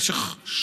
לא פחות ולא יותר,